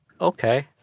Okay